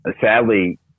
sadly